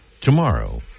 Tomorrow